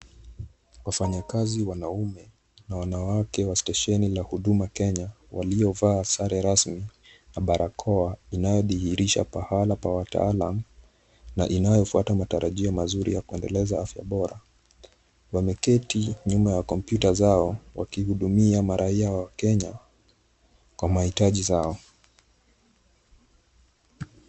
Wafanyakazi wanaume na wanawake wa stesheni la Huduma Kenya waliovaa sare rasmi na barakoa inayodhihirisha pahala pa wataalam na inayofuata matarajio mazuri ya kuendeleza afya bora. Wameketi nyuma ya kompyuta zao, wakihudumia maraia wakenya kwa mahitaji zao.